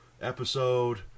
episode